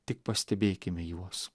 tik pastebėkime juos